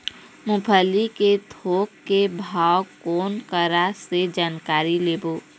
मूंगफली के थोक के भाव कोन करा से जानकारी लेबो?